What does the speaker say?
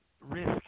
risk